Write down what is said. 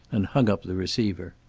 and hung up the receiver.